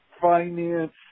finance